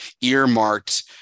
earmarked